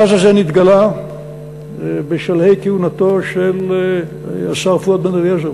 הגז הזה נתגלה בשלהי כהונתו של השר פואד בן-אליעזר,